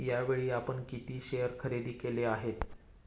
यावेळी आपण किती शेअर खरेदी केले आहेत?